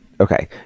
Okay